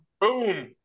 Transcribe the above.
boom